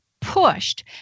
pushed